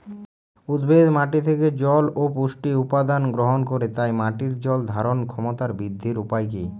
উদ্ভিদ মাটি থেকে জল ও পুষ্টি উপাদান গ্রহণ করে তাই মাটির জল ধারণ ক্ষমতার বৃদ্ধির উপায় কী?